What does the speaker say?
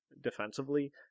defensively